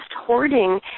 hoarding